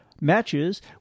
matches